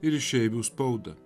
ir išeivių spaudą